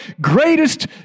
greatest